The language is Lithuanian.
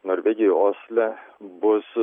norvegijoj osle bus